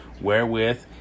wherewith